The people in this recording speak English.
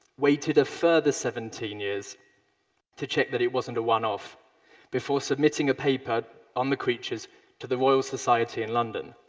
waited a further seventeen years to check that it wasn't a one-off before submitting a paper on the creatures to the royal society in london.